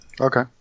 Okay